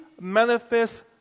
manifest